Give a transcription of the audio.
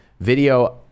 Video